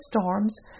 storms